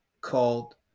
called